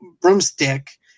broomstick